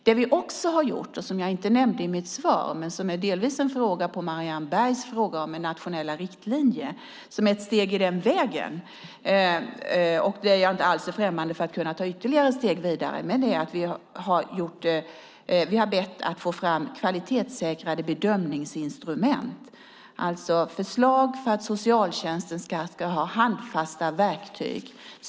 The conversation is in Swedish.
Det vi också har gjort och som jag inte nämnde i mitt svar, men som delvis berör Marianne Bergs fråga om nationella riktlinjer, som är ett steg i den riktningen - jag är inte alls främmande för att ta ytterligare steg - är att vi har bett att få fram kvalitetssäkrade bedömningsinstrument, alltså förslag för att socialtjänsten ska ha handfasta verktyg.